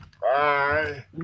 Bye